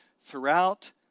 throughout